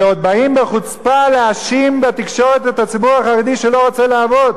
ועוד באים בחוצפה להאשים בתקשורת את הציבור החרדי שהוא לא רוצה לעבוד.